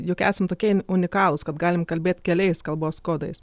juk esam tokie unikalūs kad galim kalbėt keliais kalbos kodais